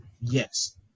yes